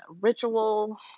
ritual